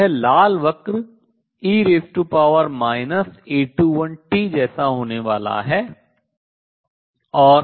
यह लाल वक्र e A21t जैसा होने वाला है